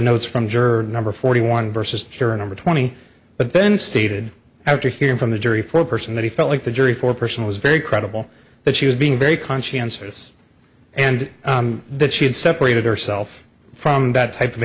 notes from juror number forty one versus juror number twenty but then stated after hearing from the jury foreperson that he felt like the jury foreperson was very credible that she was being very conscientious and that she had separated herself from that type of